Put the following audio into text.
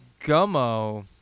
Gummo